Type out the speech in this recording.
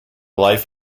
life